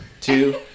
Two